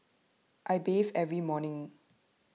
I bathe every morning